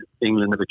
England